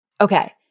Okay